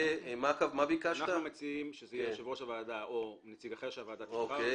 אנחנו מציעים שזה יהיה יושב-ראש הוועדה או נציג אחר שהוועדה תבחר,